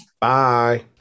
Bye